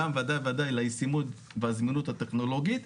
גם ודאי לישימות בזמינות הטכנולוגית,